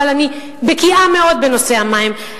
אבל אני בקיאה מאוד בנושא המים,